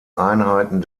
einheiten